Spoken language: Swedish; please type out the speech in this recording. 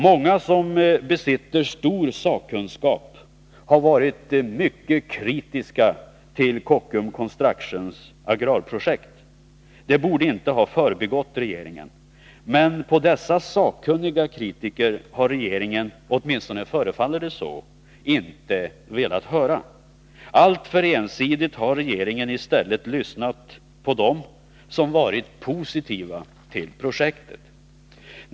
Många som besitter stor sakkunskap har varit mycket kritiska till Kockums Constructions agrarprojekt. Det borde inte ha förbigått regeringen. Men på dessa sakkunniga kritiker har regeringen — åtminstone förefaller det så — inte velat höra. Alltför ensidigt har regeringen i stället lyssnat på dem som varit positiva till projektet.